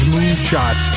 Moonshot